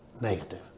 negative